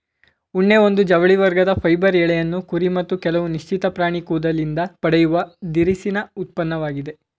ಉಣ್ಣೆ ಒಂದು ಜವಳಿ ವರ್ಗದ ಫೈಬರ್ ಎಳೆಯನ್ನು ಕುರಿ ಮತ್ತು ಕೆಲವು ನಿಶ್ಚಿತ ಪ್ರಾಣಿ ಕೂದಲಿಂದ ಪಡೆಯುವ ದಿರಸಿನ ಉತ್ಪನ್ನವಾಗಿದೆ